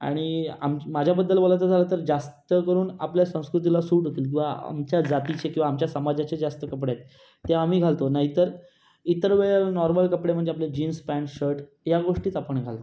आणि आम माझ्याबद्दल बोलायचं झालं तर जास्त करून आपल्या सांस्कृतीला सूट होतील किंवा आमच्या जातीची किंवा आमच्या समाजाचे जास्त कपडे आहेत ते आम्ही घालतो नाहीतर इतर वेळेला नॉर्मल कपडे म्हणजे आपले जीन्स पॅन्ट शर्ट या गोष्टीच आपण घालतो